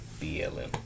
BLM